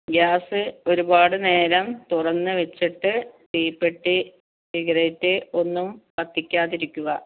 gas ഒരുപാടുനേരം തുറന്നുവെച്ചിട്ട് തീപ്പെട്ടി സിഗരറ്റ് ഒന്നും കത്തിക്കാതിരിക്കുക